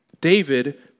David